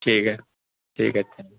ٹھیک ہے ٹھیک ہے